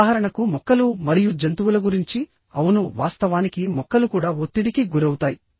ఉదాహరణకు మొక్కలు మరియు జంతువుల గురించి అవును వాస్తవానికి మొక్కలు కూడా ఒత్తిడికి గురవుతాయి